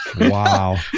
wow